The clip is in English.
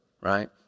right